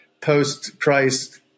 post-Christ